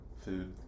food